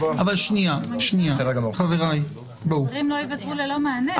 הדברים לא יוותרו ללא מענה.